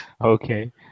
Okay